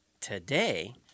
today